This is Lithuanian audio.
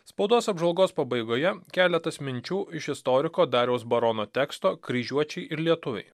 spaudos apžvalgos pabaigoje keletas minčių iš istoriko dariaus barono teksto kryžiuočiai ir lietuviai